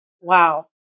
Wow